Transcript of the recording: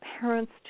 parents